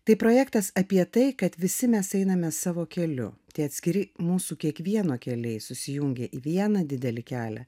tai projektas apie tai kad visi mes einame savo keliu tie atskiri mūsų kiekvieno keliai susijungia į vieną didelį kelią